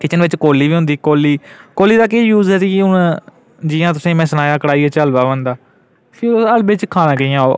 kitchen बिच कौल्ली बी होंदी कौल्ली कौल्ली दा केह् यूज ऐ जी हून जि'यां तु'सें ई में सनाया कड़ाहियै च हलवा बनदा फ्ही हलवे च खाना कि'यां ओह्